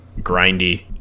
grindy